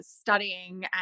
studying